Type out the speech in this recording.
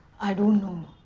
i don't know.